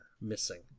missing